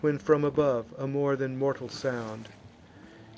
when, from above, a more than mortal sound